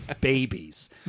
babies